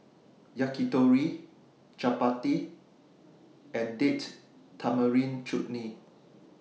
Yakitori Chapati and Date Tamarind Chutney